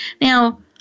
Now